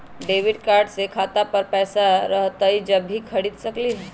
Debit card से खाता पर पैसा रहतई जब ही खरीद सकली ह?